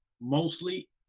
mostly